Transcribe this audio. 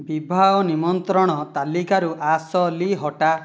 ବିବାହ ନିମନ୍ତ୍ରଣ ତାଲିକାରୁ ଆସଲି ହଟା